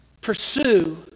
Pursue